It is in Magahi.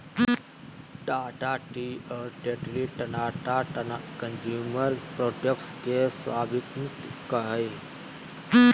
टाटा टी और टेटली टाटा कंज्यूमर प्रोडक्ट्स के स्वामित्व हकय